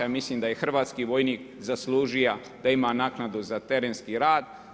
Mislim da je hrvatski vojnik zaslužija da ima naknadu za terenski rad.